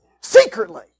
Secretly